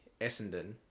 Essendon